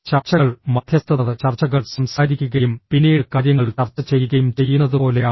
ചർച്ചകൾ മധ്യസ്ഥതഃ ചർച്ചകൾ സംസാരിക്കുകയും പിന്നീട് കാര്യങ്ങൾ ചർച്ച ചെയ്യുകയും ചെയ്യുന്നതുപോലെയാണ്